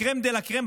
הקרם דה לה קרם,